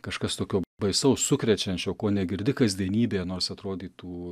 kažkas tokio baisaus sukrečiančio ko negirdi kasdienybėje nors atrodytų